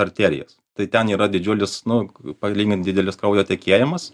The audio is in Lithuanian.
arterijas tai ten yra didžiulis nu palygint didelis kraujo tekėjimas